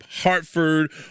Hartford